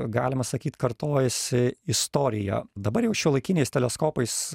galima sakyt kartojasi istorija dabar jau šiuolaikiniais teleskopais